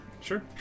Sure